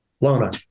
Lona